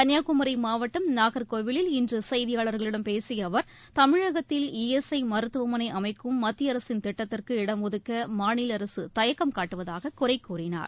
கன்னியாகுமரி மாவட்டம் நாகர்கோவிலில் இன்று செய்தியாளர்களிடம் பேசிய அவர் தமிழகத்தில் ஈஎஸ்ஐ மருத்துவமனை அமைக்கும் மத்திய அரசின் திட்டத்திற்கு இடம் ஒதுக்க மாநில அரசு தயக்கம் காட்டுவதாகக் குறை கூறினார்